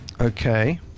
okay